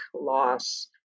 loss